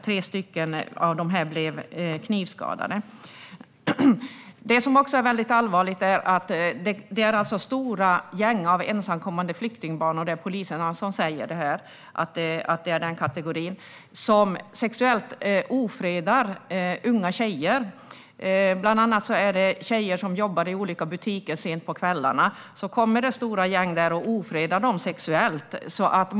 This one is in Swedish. Tre av dem blev knivskadade. Det som också är väldigt allvarligt är att det är stora gäng av ensamkommande flyktingbarn - det är poliser som säger att det är den kategorin - som sexuellt ofredar unga tjejer, bland annat tjejer som jobbar i olika butiker sent på kvällarna. Då kommer det stora gäng och ofredar dem sexuellt.